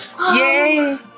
Yay